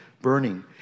burning